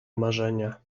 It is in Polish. marzenia